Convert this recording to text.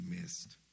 missed